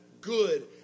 good